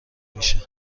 میشه